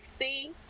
see